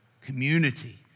Community